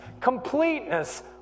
completeness